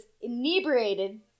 inebriated